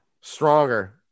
Stronger